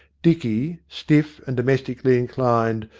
dicky, stiff and domestically inclined,